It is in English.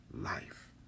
life